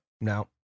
Now